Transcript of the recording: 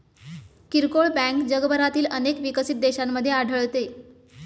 किरकोळ बँक जगभरातील अनेक विकसित देशांमध्ये आढळते